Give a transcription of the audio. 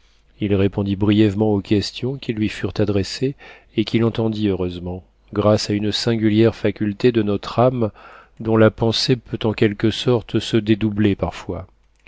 il répondit brièvement aux questions qui lui furent adressées et qu'il entendit heureusement grâce à une singulière faculté de notre âme dont la pensée peut en quelque sorte se dédoubler parfois